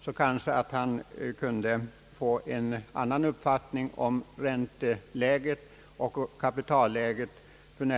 Han kanske då kunde få en annan uppfattning om det nuvarande ränteoch kapitalläget på detta område.